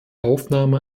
aufnahme